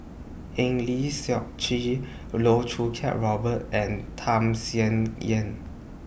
Eng Lee Seok Chee Loh Choo Kiat Robert and Tham Sien Yen